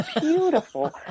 beautiful